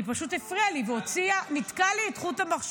היא פשוט הפריעה לי וניתקה לי את חוט המחשבה,